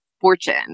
fortune